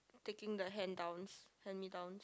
taking the hand downs hand me downs